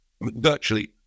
virtually